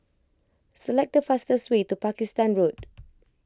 select the fastest way to Pakistan Road